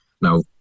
Now